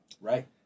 Right